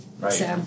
Right